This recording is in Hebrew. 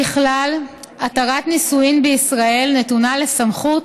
ככלל, התרת נישואין בישראל נתונה לסמכות